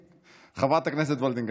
חברת הכנסת וולדיגר.